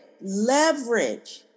Leverage